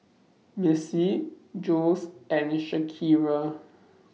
Missie Jules and Shakira